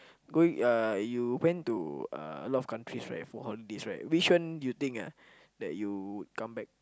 going uh you went to uh a lot of countries right for holidays right which one you think ah that you would come back